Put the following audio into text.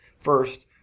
First